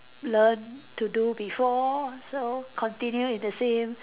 learn to do before so continue in the same